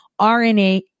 RNA